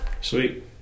Sweet